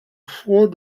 choix